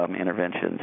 interventions